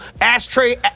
Ashtray